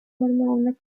una